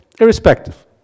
irrespective